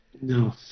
No